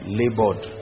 labored